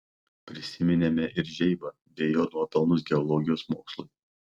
prisiminėme ir žeibą bei jo nuopelnus geologijos mokslui